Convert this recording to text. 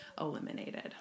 eliminated